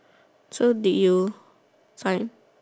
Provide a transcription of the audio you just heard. so did you find